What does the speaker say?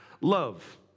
love